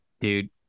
Dude